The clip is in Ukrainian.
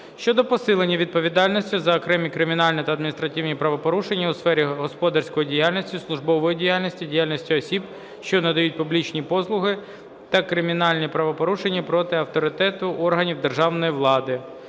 щодо посилення відповідальності за окремі кримінальні та адміністративні правопорушення у сфері господарської діяльності, службової діяльності, діяльності осіб, що надають публічні послуги, та кримінальні правопорушення проти авторитету органів державної влади